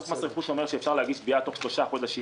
חוק מס רכוש אומר שאפשר להגיש תביעה תוך שלושה חודשים.